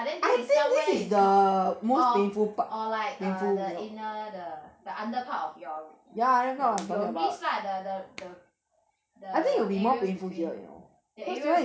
but this is somewhere is called orh or like err the inner the the underpart of your your your wrist lah the the the the area between the area